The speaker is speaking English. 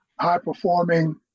high-performing